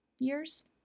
years